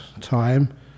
time